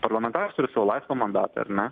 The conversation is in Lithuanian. parlamentaras turi savo laisvą mandatą ar ne